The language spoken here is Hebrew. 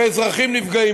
ואזרחים נפגעים.